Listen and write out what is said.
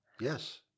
Yes